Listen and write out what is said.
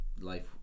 life